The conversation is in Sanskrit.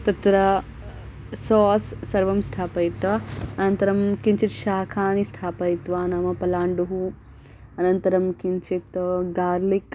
तत्र सास् सर्वं स्थापयित्वा अनन्तरं किञ्चित् शाखानि स्थापयित्वा नाम पलाण्डुः अनन्तरं किञ्चित् गार्लिक्